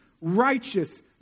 righteous